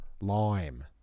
Lime